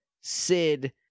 sid